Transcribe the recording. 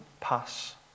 pass